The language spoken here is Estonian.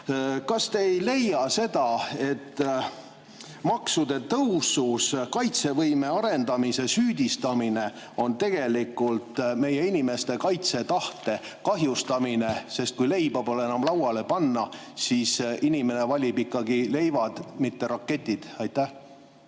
Kas te ei leia seda, et maksude tõusu [põhjendamine] kaitsevõime arendamisega on tegelikult meie inimeste kaitsetahte kahjustamine, sest kui leiba pole enam lauale panna, siis inimene valib ikkagi leiva, mitte raketid? Aitäh!